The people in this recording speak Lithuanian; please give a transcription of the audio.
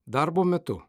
darbo metu